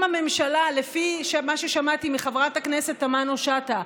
לפי מה ששמעתי מחברת הכנסת תמנו שטה,